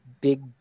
big